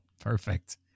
Perfect